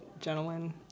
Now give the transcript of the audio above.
gentleman